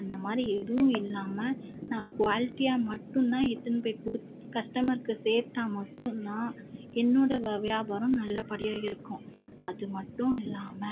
அந்தமாதிரி எதுவும் இல்லாமல் நான் குவாலிட்டியாக மட்டும்தான் எடுத்துன்னு போய் கொடு கஸ்டமருக்கு சேர்த்தா மட்டும்தான் என்னோடய வியா வியாபாரம் நல்லபடியாக இருக்கும் அது மட்டும் இல்லாமல்